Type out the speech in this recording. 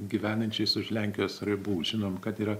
gyvenančiais už lenkijos ribų žinom kad yra